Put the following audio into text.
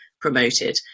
promoted